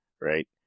right